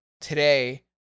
today